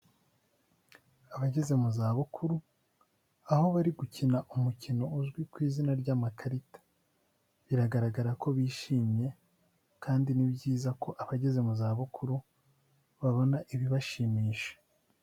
Abageze mu zabukuru, aho bari gukina umukino uzwi ku izina ry'amakarita, biragaragara ko bishimye kandi ni byiza ko abageze mu zabukuru babona ibibashimisha.